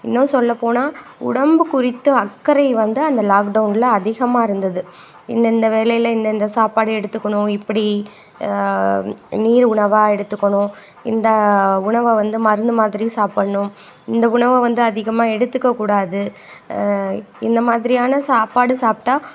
இன்னும் சொல்லப்போனால் உடம்பு குறித்து அக்கறை வந்து அந்த லாக்டவுன்ல அதிகமாக இருந்தது இந்தந்த வேலையில் இந்தந்த சாப்பாடு எடுத்துக்கணும் இப்படி நீர் உணவாக எடுத்துக்கணும் இந்த உணவை வந்து மருந்து மாதிரி சாப்பிட்ணும் இந்த உணவை வந்து அதிகமாக எடுத்துக்க கூடாது இந்த மாதிரியான சாப்பாடு சாப்பிட்டா